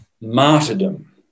martyrdom